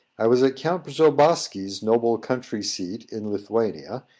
i was at count przobossky's noble country-seat in lithuania,